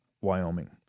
Wyoming